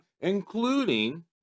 including